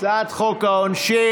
הצעת חוק העונשין.